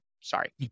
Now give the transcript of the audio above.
Sorry